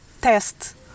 test